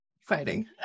fighting